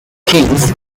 kings